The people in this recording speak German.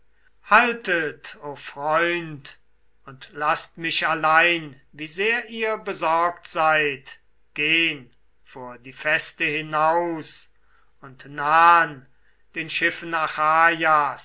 haltet o freund und laßt mich allein wie sehr ihr besorgt seid gehn vor die feste hinaus und nahn den schiffen